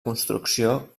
construcció